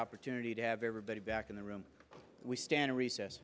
opportunity to have everybody back in the room we stand in recess